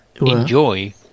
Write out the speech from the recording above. enjoy